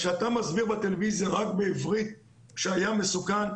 כשאתה מסביר בטלוויזיה רק בעברית שהים מסוכן,